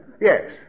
Yes